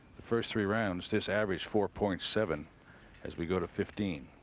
the first three rounds. this average four-point seven as we go to fifteen,